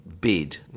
bid